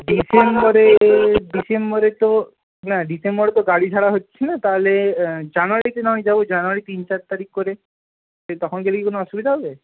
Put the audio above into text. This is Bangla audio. ডিসেম্বরে ডিসেম্বরে তো না ডিসেম্বরে তো গাড়ি ছাড়া হচ্ছে না তাহলে জানুয়ারিতে না হয় যাব জানুয়ারির তিন চার তারিখ করে তখন গেলে কি কোনো অসুবিধা হবে